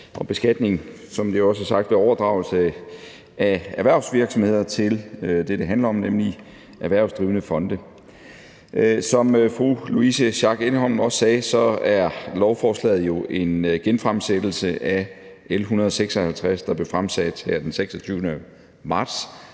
om beskatning af – som det jo også er sagt – overdragelse af erhvervsvirksomheder til det, det handler om, nemlig erhvervsdrivende fonde. Som fru Louise Schack Elholm også sagde, er lovforslaget jo en genfremsættelse af L 156, der blev fremsat her den 26. marts